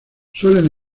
suelen